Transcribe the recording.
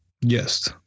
Yes